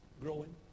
Growing